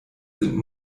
sind